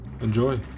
Enjoy